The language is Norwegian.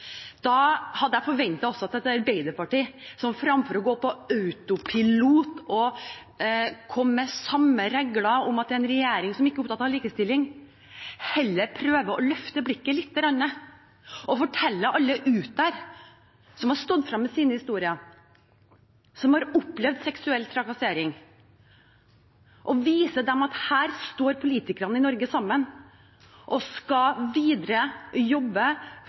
Da hadde jeg forventet at Arbeiderpartiet fremfor å gå på autopilot og komme med den samme reglen om at dette er en regjering som ikke er opptatt av likestilling, heller prøvde å løfte blikket litt og vise alle der ute som har stått frem med sine historier, som har opplevd seksuell trakassering, at her står politikerne i Norge sammen og skal jobbe videre